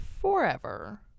forever